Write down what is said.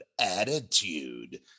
attitude